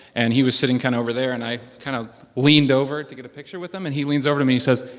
and he was sitting kind of over there, and i kind of leaned over to get a picture with him. and he leans over to me. he says,